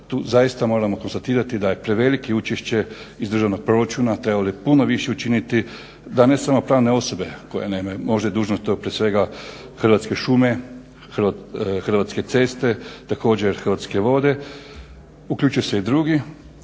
zaista moramo konstatirati da je preveliko učešće iz državnog proračuna trebali puno više učiniti da ne samo pravne osobe koje nemaju, možda je dužnost to prije svega Hrvatske šume, Hrvatske ceste, također Hrvatske vode, uključe se i drugi,